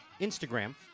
Instagram